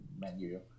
menu